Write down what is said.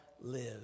live